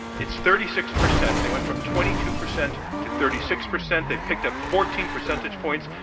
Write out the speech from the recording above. it's thirty six percent. they went from twenty two percent to thirty six percent. they've picked up fourteen percentage points.